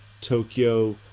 tokyo